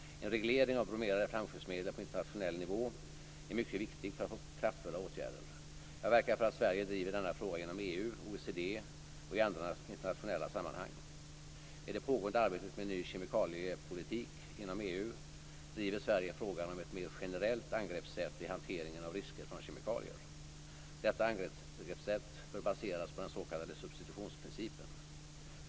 En reglering av bromerade flamskyddsmedel på internationell nivå är mycket viktig för att kunna vidta kraftfulla åtgärder. Jag verkar för att Sverige driver denna fråga inom EU, OECD och i andra internationella sammanhang. I det pågående arbetet med en ny kemikaliepolitik inom EU driver Sverige frågan om ett mer generellt angreppssätt i hanteringen av risker från kemikalier. Detta angreppssätt bör baseras på den s.k. substitutionsprincipen.